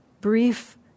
brief